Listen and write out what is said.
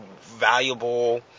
valuable